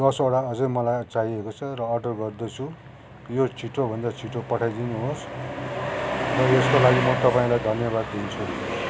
दसवटा अझै मलाई चाहिएको छ र अर्डर गर्दैछु यो छिटो भन्दा छिटो पठाइदिनुहोस् म यसको लागि तपाईँलाई धन्यवाद दिन्छु